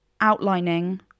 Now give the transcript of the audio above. outlining